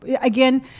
again